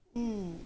mm